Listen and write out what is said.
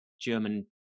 German